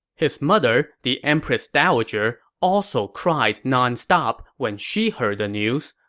his mother, the empress dowager, also cried nonstop when she heard the news.